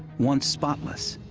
once spotless,